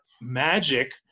Magic